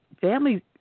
families